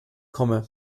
komme